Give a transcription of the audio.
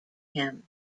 him